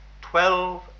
twelve